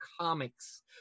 comics